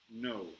No